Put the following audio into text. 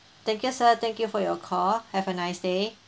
thank you sir thank you for your call have a nice day